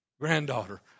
granddaughter